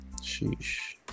Sheesh